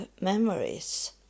memories